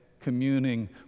communing